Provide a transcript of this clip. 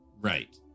right